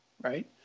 right